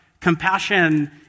Compassion